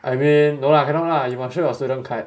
I mean no lah cannot lah you must show your student card